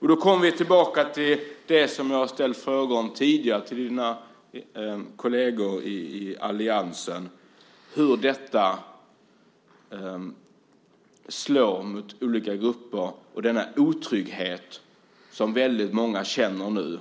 Då kommer vi tillbaka till det som jag har ställt frågor om tidigare till dina kolleger i alliansen, nämligen hur detta slår mot olika grupper och den otrygghet som väldigt många känner nu.